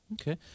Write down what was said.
Okay